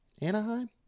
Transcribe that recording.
Anaheim